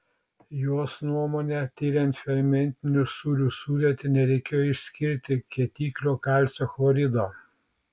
jos nuomone tiriant fermentinių sūrių sudėtį nereikėjo išskirti kietiklio kalcio chlorido